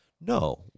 No